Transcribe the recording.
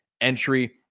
Entry